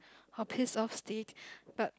of piss off state but